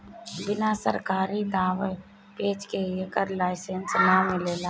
बिना सरकारी दाँव पेंच के एकर लाइसेंस ना मिलेला